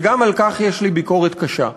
וגם על כך יש לי ביקורת קשה.